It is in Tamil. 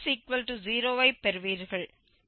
எனவே இது fx0 க்கு சமமானது